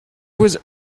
was